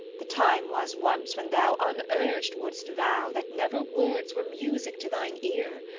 the time was once when thou unurg'd wouldst vow that never words were music to thine ear,